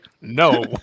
No